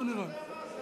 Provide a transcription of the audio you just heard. לא נראה לי.